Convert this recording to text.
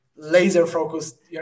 laser-focused